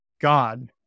God